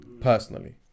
personally